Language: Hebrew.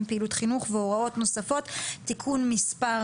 פעילות חינוך והוראות נוספות)(תיקון מס'